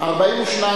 בממשלה לא נתקבלה.